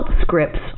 scripts